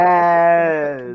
Yes